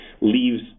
leaves